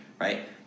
right